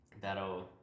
That'll